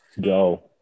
Go